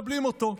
מקבלים אותו?